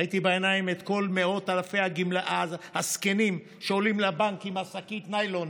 ראיתי בעיניים את כל מאות אלפי הזקנים שעולים לבנקים עם שקית הניילון